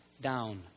down